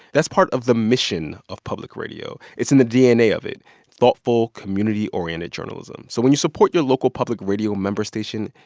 that's part of the mission of public radio. it's in the dna of it thoughtful, community-oriented journalism so when you support your local public radio member station,